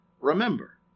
remember